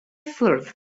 ffwrdd